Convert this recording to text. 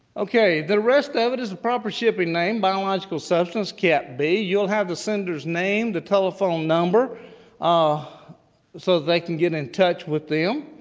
okay, the rest of it is proper shipping name. biological substance, cat b. you'll have the senders name, the telephone number ah so they can get in touch with them,